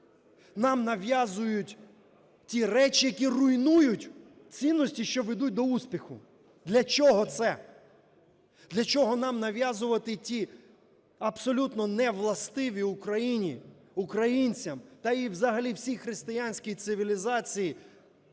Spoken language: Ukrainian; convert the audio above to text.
нам нав'язують ті речі, які руйнують цінності, що ведуть до успіху? Для чого це? Для чого нам нав'язувати ті, абсолютно не властиві Україні, українцям та і взагалі всій християнській цивілізації,